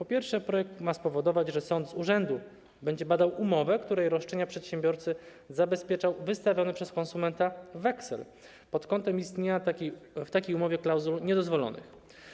Po pierwsze, projekt ma spowodować, że sąd z urzędu będzie badał umowę, w której roszczenia przedsiębiorcy zabezpieczą wystawiony przez konsumenta weksel pod kątem istnienia w takiej umowie klauzul niedozwolonych.